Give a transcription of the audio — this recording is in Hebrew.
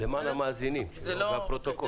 למען המאזינים, לפרוטוקול.